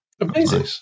Amazing